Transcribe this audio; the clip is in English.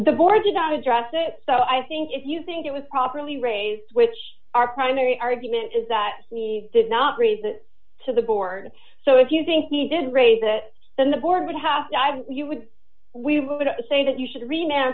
e board did not address it so i think if you think it was properly raised which our primary argument is that he did not raise it to the board so if you think he did raise it then the board would have you would we would say that you should re